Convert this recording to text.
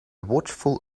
watchful